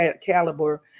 caliber